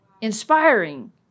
Inspiring